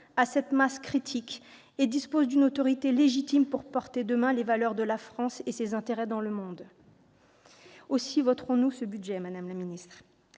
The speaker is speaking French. a cette masse critique et dispose d'une autorité légitime pour porter les valeurs de la France et ses intérêts dans le monde. Aussi voterons-nous ce budget. Mais, avant